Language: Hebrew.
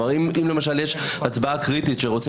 למשל, תחשוב